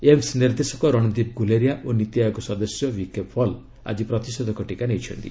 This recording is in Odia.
ଏମ୍ସ୍ ନିର୍ଦ୍ଦେଶକ ରଣଦୀପ୍ ଗୁଲେରିଆ ଓ ନୀତି ଆୟୋଗ ସଦସ୍ୟ ଭିକେ ପଲ୍ ଆଜି ପ୍ରତିଷେଧକ ଟିକା ନେଇଛନ୍ତି